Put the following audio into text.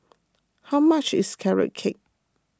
how much is Carrot Cake